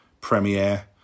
Premiere